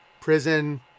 prison